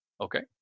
okay